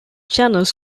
channels